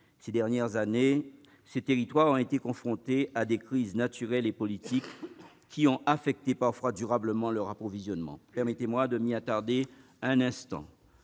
Ces dernières années, ces territoires ont été confrontés à des crises naturelles et politiques qui ont affecté parfois durablement leur approvisionnement. Permettez-moi de m'y attarder un instant.